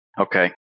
Okay